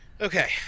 Okay